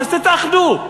אז תתאחדו.